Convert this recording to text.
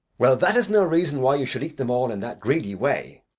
well, that is no reason why you should eat them all in that greedy way.